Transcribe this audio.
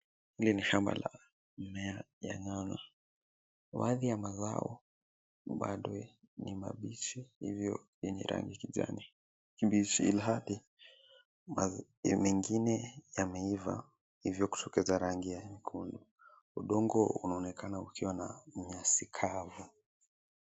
Hili ni shamba la mimea ya nyanya. Baadhi ya mazao bado ni mabichi hivyo yenye rangi ya kijani kibichi ilhali ya mengine yameiva hivyo kutokeza rangi ya nyekundu. Udongo unaonekana ukiwa na nyasi kavu.